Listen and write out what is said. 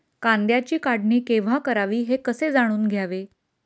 कांद्याची काढणी केव्हा करावी हे कसे जाणून घ्यावे?